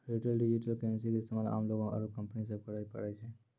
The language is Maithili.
रिटेल डिजिटल करेंसी के इस्तेमाल आम लोग आरू कंपनी सब करै छै